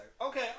okay